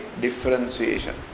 differentiation